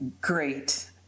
great